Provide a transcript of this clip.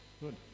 Good